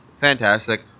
fantastic